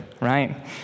right